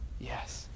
Yes